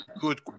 good